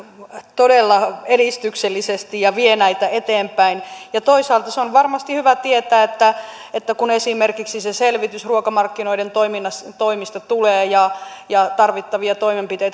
todella edistyksellisesti ja vie näitä eteenpäin toisaalta on varmasti hyvä tietää että että kun esimerkiksi se selvitys ruokamarkkinoiden toimista tulee ja ja tarvittavia toimenpiteitä